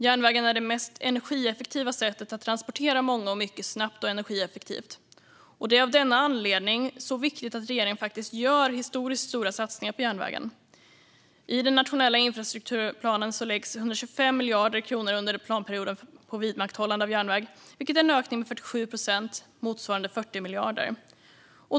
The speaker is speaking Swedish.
Järnvägen är det mest energieffektiva sättet att transportera många och mycket på ett snabbt och energieffektivt sätt. Det är av denna anledning som det är så viktigt att regeringen gör historiskt stora satsningar på järnvägen. I den nationella infrastrukturplanen läggs 125 miljarder under planperioden på vidmakthållande av järnväg, vilket är en ökning med 47 procent, motsvarande 40 miljarder.